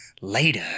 later